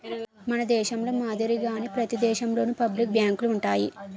మన దేశంలో మాదిరిగానే ప్రతి దేశంలోనూ పబ్లిక్ బ్యాంకులు ఉంటాయి